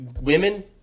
women